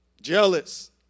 jealous